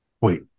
Wait